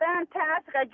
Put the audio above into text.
Fantastic